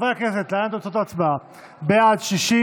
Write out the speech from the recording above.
60,